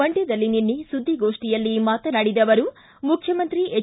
ಮಂಡ್ಕದಲ್ಲಿ ನಿನ್ನೆ ಸುದ್ನಿಗೋಷ್ಠಿಯಲ್ಲಿ ಮಾತನಾಡಿದ ಅವರು ಮುಖ್ಯಮಂತ್ರಿ ಎಚ್